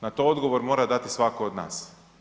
Na to odgovor mora dati svatko od nas.